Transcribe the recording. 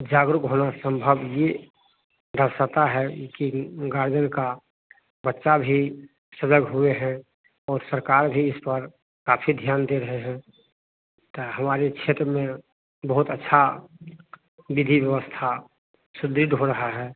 जागरुक होना संभव ये दर्शाता है कि गार्जन का बच्चा भी सजग हुए हैं और सरकार भी इस पर काफ़ी ध्यान दे रहे हैं तो हमारे क्षेत्र में बहुत अच्छा विधि व्यवस्था सुधिद हो रहा है